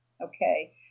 okay